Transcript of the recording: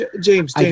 James